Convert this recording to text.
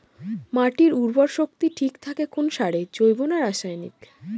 মাটির উর্বর শক্তি ঠিক থাকে কোন সারে জৈব না রাসায়নিক?